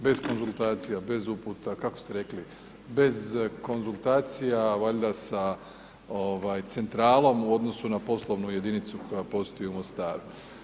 Bez konzultacija, bez uputa kako ste rekli, bez konzultacija valjda sa centralom u odnosu na poslovnu jedinicu koja postoji u Mostaru.